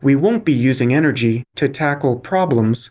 we won't be using energy to tackle problems,